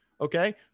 Okay